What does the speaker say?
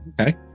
Okay